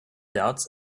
doubts